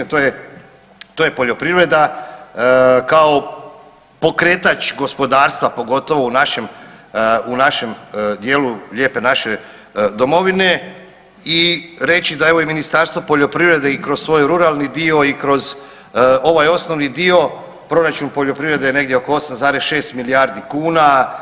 To je poljoprivreda kao pokretač gospodarstva pogotovo u našem dijelu lijepe naše domovine i reći da evo i Ministarstvo poljoprivrede i kroz svoj ruralni dio i kroz ovaj osnovni dio proračun poljoprivrede je negdje oko 8,6 milijardi kuna.